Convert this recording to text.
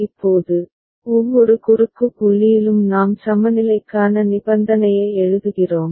இப்போது ஒவ்வொரு குறுக்கு புள்ளியிலும் நாம் சமநிலைக்கான நிபந்தனையை எழுதுகிறோம்